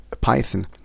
Python